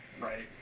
Right